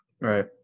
right